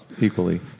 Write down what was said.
equally